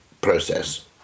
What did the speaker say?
process